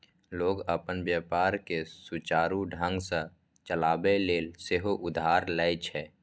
लोग अपन व्यापार कें सुचारू ढंग सं चलाबै लेल सेहो उधार लए छै